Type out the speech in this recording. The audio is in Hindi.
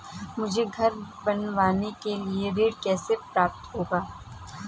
मुझे घर बनवाने के लिए ऋण कैसे प्राप्त होगा?